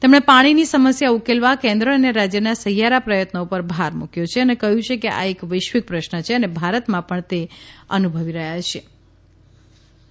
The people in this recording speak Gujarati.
તેમણે પાણીની સમસ્યા ઉકેલવા કેન્ર અને રાજયના સહિયારા પ્રયત્નો પર ભાર મૂક્યો અને કહ્યું કે આ એક વૈશ્વિક પ્રશ્ન છે અને ભારતમાં પણ તે અનુભવી રહ્યા છીએ